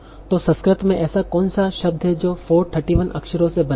तो संस्कृत में ऐसा कौन सा शब्द है जो 431 अक्षरों से बना है